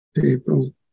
people